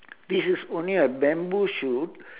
this is only a bamboo shoot